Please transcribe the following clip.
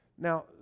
Now